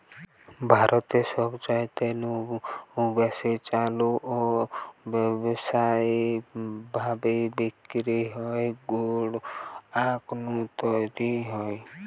ভারতে সবচাইতে নু বেশি চালু ও ব্যাবসায়ী ভাবি বিক্রি হওয়া গুড় আখ নু তৈরি হয়